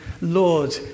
Lord